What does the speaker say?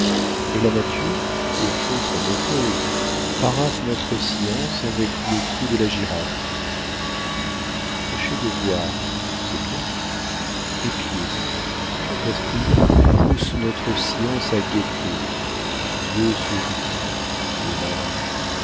et la nature au fond très moqueuse paraphe notre science avec le cou de la girafe tâchez de voir c'est bien épiez notre esprit pousse notre science à guetter dieu sourit vieux malin